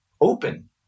open